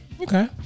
Okay